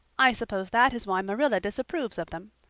i suppose that is why marilla disapproves of them.